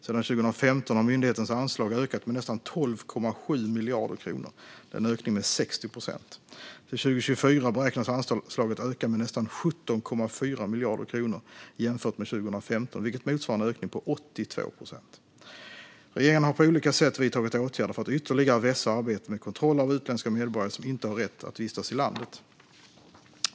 Sedan 2015 har myndighetens anslag ökat med nästan 12,7 miljarder kronor, en ökning med 60 procent. Till 2024 beräknas anslaget öka med nästan 17,4 miljarder kronor jämfört med 2015, vilket motsvarar en ökning med 82 procent. Regeringen har på olika sätt vidtagit åtgärder för att ytterligare vässa arbetet med kontroller av utländska medborgare som inte har rätt att vistas i landet.